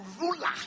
ruler